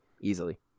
easily